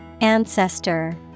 Ancestor